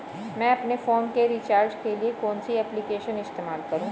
मैं अपने फोन के रिचार्ज के लिए कौन सी एप्लिकेशन इस्तेमाल करूँ?